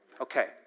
Okay